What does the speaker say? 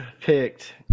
picked